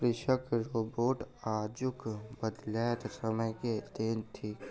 कृषि रोबोट आजुक बदलैत समय के देन थीक